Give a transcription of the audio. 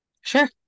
Sure